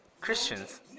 Christians